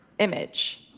image,